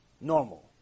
normal